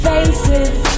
Faces